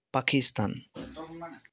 Pakistan